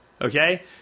Okay